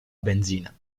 benzina